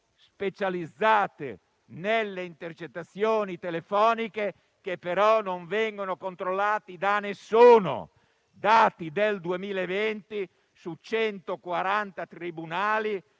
specializzate nelle intercettazioni telefoniche, che però non vengono controllati da nessuno. Secondo i dati del 2020, su 140 tribunali